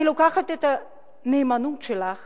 אני לוקחת את הנאמנות שלך